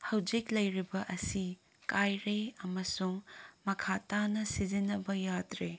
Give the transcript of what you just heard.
ꯍꯧꯖꯤꯛ ꯂꯩꯔꯤꯕ ꯑꯁꯤ ꯀꯥꯏꯔꯦ ꯑꯃꯁꯨꯡ ꯃꯈꯥ ꯇꯥꯅ ꯁꯤꯖꯤꯟꯅꯕ ꯌꯥꯗ꯭ꯔꯦ